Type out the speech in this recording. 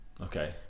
Okay